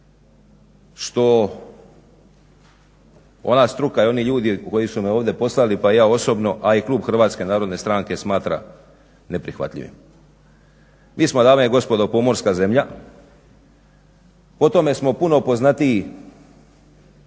što ona struka i oni ljudi koji su me ovdje poslali pa i ja osobno, a i klub HNS-a smatra neprihvatljivim. Mi smo dame i gospodo pomorska zemlja. Po tome smo puno poznatiji